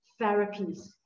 therapies